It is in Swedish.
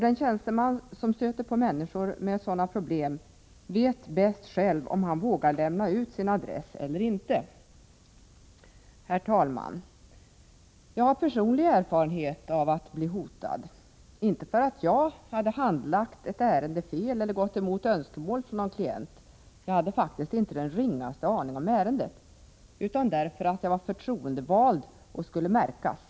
Den tjänsteman som stöter på människor med sådana problem vet bäst själv om han vågar lämna ut sin adress eller ej. Herr talman! Jag har personlig erfarenhet av att bli hotad, inte för att jag hade handlagt ett ärende fel eller gått emot önskemål från någon klient — jag hade faktiskt inte den ringaste aning om ärendet — utan därför att jag var förtroendevald och skulle märkas.